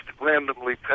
randomly